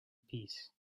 peace